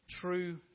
true